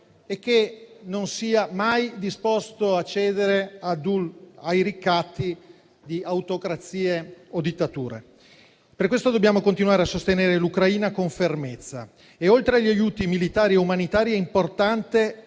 che non sia mai disposto a cedere ai ricatti di autocrazie o dittature. Per questo dobbiamo continuare a sostenere l'Ucraina con fermezza e, oltre agli aiuti militari e umanitari, è importante